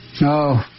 No